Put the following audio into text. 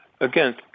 Again